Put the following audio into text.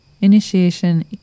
Initiation